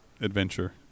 adventure